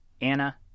Anna